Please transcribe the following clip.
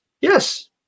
Yes